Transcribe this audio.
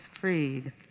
freed